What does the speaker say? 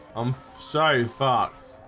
i'm sorry fox